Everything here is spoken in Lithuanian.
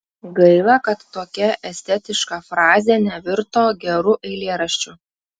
gaila kad tokia estetiška frazė nevirto geru eilėraščiu